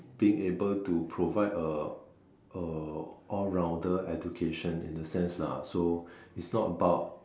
being able to provide a a all rounder education in a sense lah so is not about